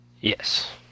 Yes